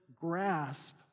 grasp